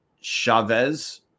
chavez